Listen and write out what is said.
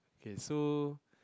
okay so